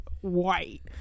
white